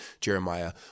Jeremiah